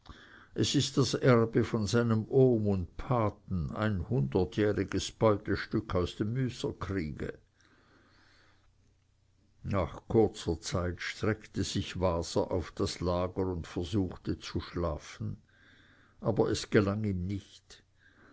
es ist das erbe von seinem ohm und paten ein hundertjähriges beutestück aus dem müsserkriege nach kurzer zeit streckte sich waser auf das lager und versuchte zu schlafen aber es gelang ihm nicht